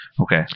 Okay